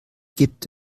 gibt